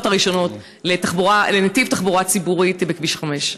הראשונות לנתיב תחבורה ציבורית בכביש 5?